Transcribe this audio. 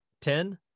Ten